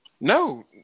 No